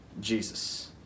Jesus